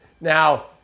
Now